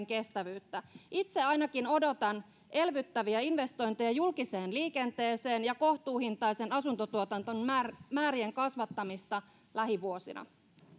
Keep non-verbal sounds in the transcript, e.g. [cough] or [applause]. [unintelligible] kestävyyttä itse ainakin odotan elvyttäviä investointeja julkiseen liikenteeseen ja kohtuuhintaisten asuntojen tuotantomäärien kasvattamista lähivuosina